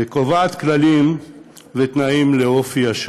וקובעת כללים ותנאים לאופי השירות.